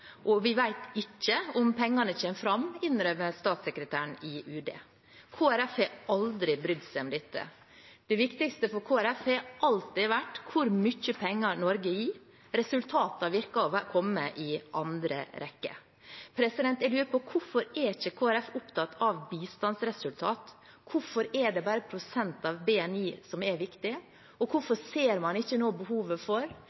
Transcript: Vi vet ikke om pengene kommer fram, innrømmer statssekretæren i UD. Kristelig Folkeparti har aldri brydd seg om dette. Det viktigste for Kristelig Folkeparti har alltid vært hvor mye penger Norge gir. Resultatene virker å komme i andre rekke. Jeg lurer på: Hvorfor er ikke Kristelig Folkeparti opptatt av bistandsresultat? Hvorfor er det bare prosenten av BNI som er viktig, og hvorfor ser man ikke nå behovet for